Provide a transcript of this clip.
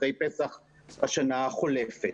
אחרי פסח בשנה החולפת.